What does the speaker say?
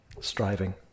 striving